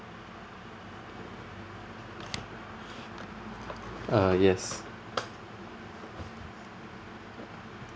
uh yes